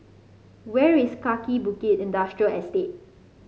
where is Kaki Bukit Industrial Estate